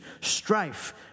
strife